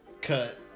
cut